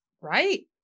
Right